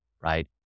right